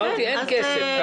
אמרתי, אין כסף.